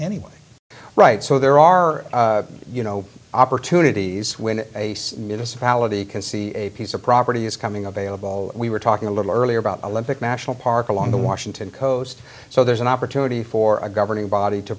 anyway right so there are you know opportunities when ace municipality can see a piece of property is coming available we were talking a little earlier about olympic national park along the washington coast so there's an opportunity for a governing body to